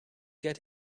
get